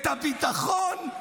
את הביטחון,